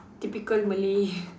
typical Malay